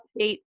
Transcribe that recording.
update